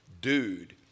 dude